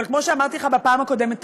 אבל כמו שאמרתי לך בפעם הקודמת,